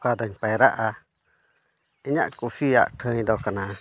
ᱚᱠᱟᱨᱤᱧ ᱯᱟᱭᱨᱟᱜᱼᱟ ᱤᱧᱟᱹᱜ ᱠᱩᱥᱤᱭᱟᱜ ᱴᱷᱟᱹᱭ ᱫᱚ ᱠᱟᱱᱟ